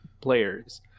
players